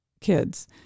kids